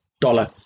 dollar